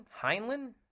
Heinlein